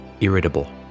irritable